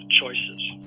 choices